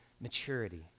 maturity